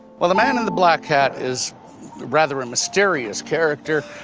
well, the man in the black hat is rather mysterious character.